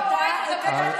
את לא רואה את הדבשת של עצמך.